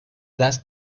دست